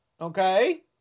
okay